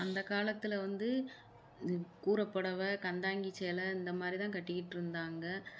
அந்த காலத்தில் வந்து இது கூரப்புடவ கண்டாங்கி சேலை இந்த மாதிரி தான் கட்டிக்கிட்டுருந்தாங்கள்